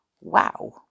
Wow